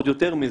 עוד יותר מזה,